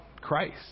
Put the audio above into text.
christ